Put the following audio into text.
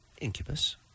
Incubus